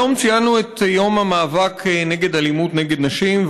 היום ציינו את יום המאבק באלימות נגד נשים,